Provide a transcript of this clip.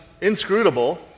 inscrutable